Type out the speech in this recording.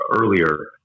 earlier